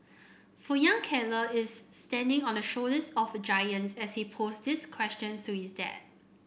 for young Keller is standing on the shoulders of giants as he pose these questions to his dad